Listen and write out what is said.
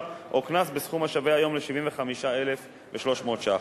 או קנס בסכום השווה היום ל-75,300 ש"ח.